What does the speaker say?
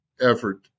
effort